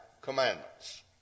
commandments